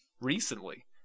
Recently